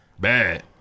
Bad